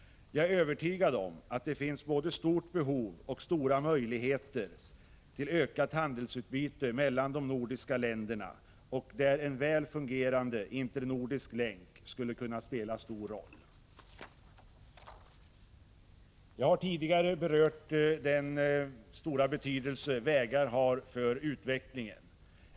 Jag är övertygad om att det finns både stort behov av och stora möjligheter till ökat handelsutbyte mellan de nordiska länderna. Där skulle en väl fungerande internordisk länk kunna spela stor roll. Jag har tidigare berört den stora betydelse vägar har för utvecklingen.